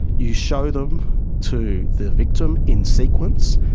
you show them to the victim in sequence,